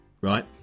right